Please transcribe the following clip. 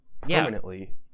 permanently